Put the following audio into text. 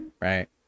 right